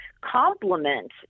complement